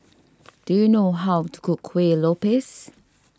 do you know how to cook Kueh Lopes